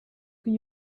can